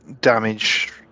damage